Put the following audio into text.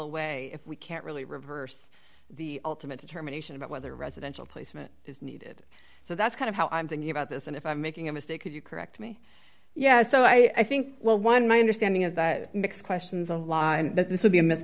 away if we can't really reverse the ultimate determination about whether residential placement is needed so that's kind of how i'm thinking about this and if i'm making a mistake could you correct me yeah so i think well one my understanding is that mix questions a lot and that this would be a m